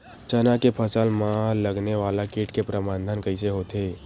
चना के फसल में लगने वाला कीट के प्रबंधन कइसे होथे?